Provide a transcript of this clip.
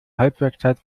halbwertszeit